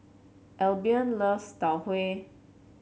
Albion loves Tau Huay